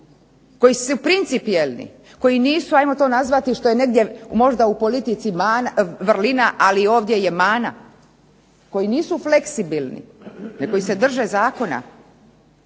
koji su principijelni, koji nisu ajmo to nazvati što je negdje možda u politici vrlina, ali ovdje je mana, koji nisu fleksibilni, koji se drže zakona,